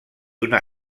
una